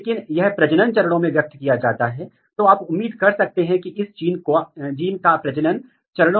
उसके आधार पर हम पूरे पौधे को तीन श्रेणी में परिभाषित कर सकते हैं या तो वे लंबे दिन का पौधा छोटे दिन का पौधा या दिन का तटस्थ पौधा